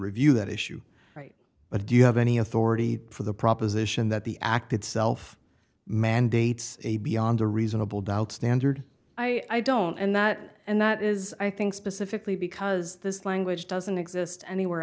review that issue right but do you have any authority for the proposition that the act itself mandates a beyond a reasonable doubt standard i don't and that and that is i think specifically because this language doesn't exist anywhere